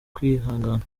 kwihangana